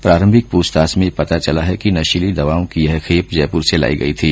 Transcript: प्रारंभिक पूछताछ में पता चला है कि नशीली दवाओं की यह खेप जयपुर से लाई गई थी